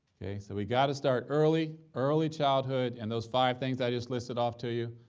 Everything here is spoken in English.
okay? so we got to start early early childhood, and those five things i just listed off to you.